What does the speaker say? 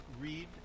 read